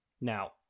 Now